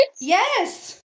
Yes